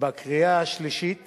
ובקריאה שלישית